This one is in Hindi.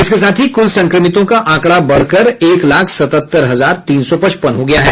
इसके साथ ही कुल संक्रमितों का आंकड़ा बढ़कर एक लाख सतहत्तर हजार तीन सौ पचपन हो गया है